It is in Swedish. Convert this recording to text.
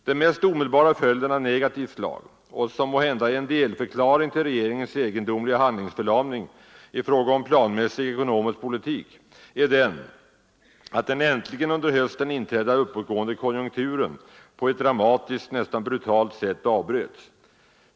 Den mest omedelbara följden av negativt slag, som måhända är en delförklaring till regeringens egendomliga handlingsförlamning i fråga om planmässig ekonomisk politik, är den att den äntligen under hösten inträdda uppgången i konjunkturen på ett dramatiskt, nästan brutalt sätt avbröts.